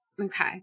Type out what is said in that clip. okay